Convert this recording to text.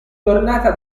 tornata